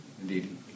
indeed